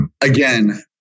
again